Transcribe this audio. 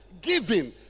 giving